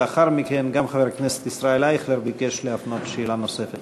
לאחר מכן גם חבר הכנסת ישראל אייכלר ביקש להפנות שאלה נוספת לשר.